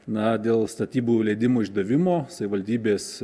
na dėl statybų leidimų išdavimo savivaldybės